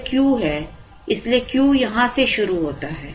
यह Q है इसलिए Q यहाँ से शुरू होता है